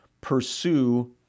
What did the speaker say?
Pursue